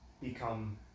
become